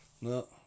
No